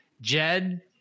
Jed